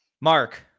mark